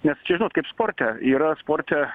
nes čia žinot kaip sporte yra sporte